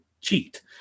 cheat